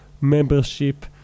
membership